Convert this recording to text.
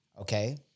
Okay